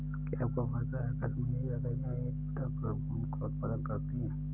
क्या आपको पता है कश्मीरी बकरियां एक डबल ऊन का उत्पादन करती हैं?